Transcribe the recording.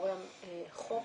מאחורי החוק,